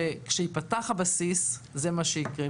שכשיפתח הבסיס זה אכן מה שיקרה.